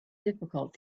difficult